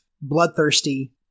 bloodthirsty